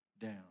down